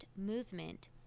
movement